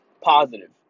positive